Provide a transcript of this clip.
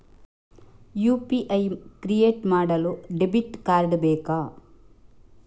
UPI create ಮಾಡಲು debit card ಬೇಕಾ?